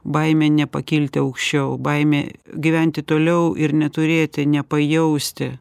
baimė nepakilti aukščiau baimė gyventi toliau ir neturėti nepajausti